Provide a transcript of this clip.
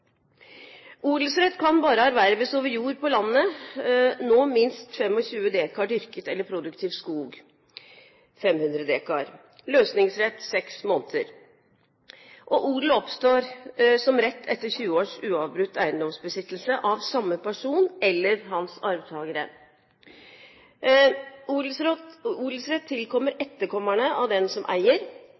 Odelsrett kan bare erverves over jord på landet – minst 25 dekar dyrket jord eller 500 dekar produktiv skog, løsningsrett seks måneder. Odel oppstår som rett etter 20 års uavbrutt eiendomsbesittelse av samme person eller hans arvtagere. Odelsrett tilkommer etterkommerne av den som eier.